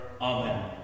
Amen